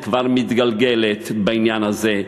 שכבר מתגלגלת בעניין הזה,